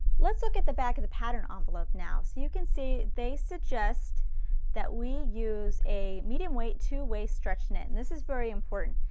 let's look at the back of the pattern ah envelope now. so you can see they suggest that we use a medium weight, two-way stretch knit and this is very important.